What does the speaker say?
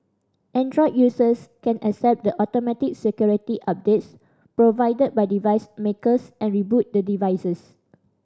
Android users can accept the automatic security updates provided by device makers and reboot the devices